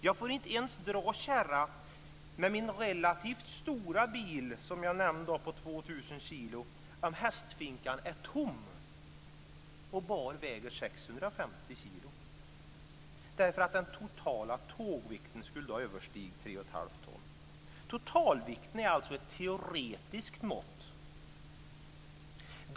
Jag får inte ens dra kärran med min relativt stora bil, som jag nämnde, på 2 000 kilo om hästfinkan är tom och bara väger 650 kilo. Då skulle nämligen den totala tågvikten överstiga 3 1⁄2 ton. Totalvikten är alltså ett teoretiskt mått.